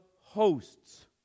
hosts